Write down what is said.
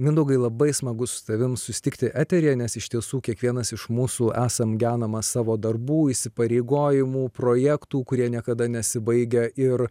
mindaugai labai smagu su tavim susitikti eteryje nes iš tiesų kiekvienas iš mūsų esam genamas savo darbų įsipareigojimų projektų kurie niekada nesibaigia ir